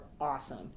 awesome